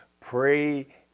Pray